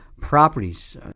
Properties